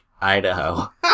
Idaho